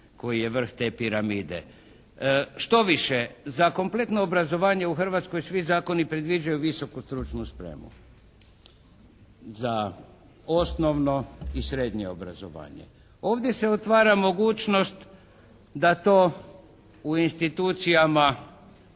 koji je vrh te piramide. Štoviše za kompletno obrazovanje u Hrvatskoj svi zakoni predviđaju visoku stručnu spremu, za osnovno i srednje obrazovanje. Ovdje se otvara mogućnost da to u institucijama